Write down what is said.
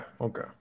Okay